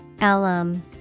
alum